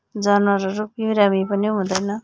जानवरहरू बिरामी पनि हुँदैन